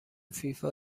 فیفا